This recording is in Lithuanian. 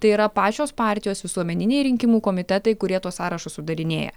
tai yra pačios partijos visuomeniniai rinkimų komitetai kurie tuos sąrašus sudarinėja